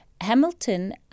Hamilton